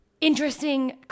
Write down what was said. Interesting